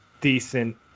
decent